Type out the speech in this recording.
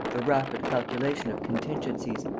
the rapid calculation of contingencies,